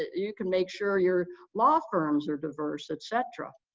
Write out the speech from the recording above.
you can make sure your law firms are diverse, etc.